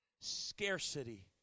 Scarcity